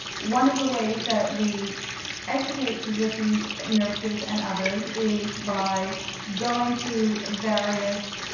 one of the ways that we educate physicians, nurses, and others is by going to various,